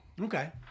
Okay